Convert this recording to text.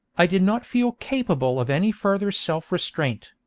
i did not feel capable of any further self-restraint.